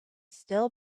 stale